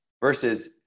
versus